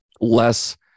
less